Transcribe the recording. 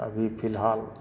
अभी फिलहाल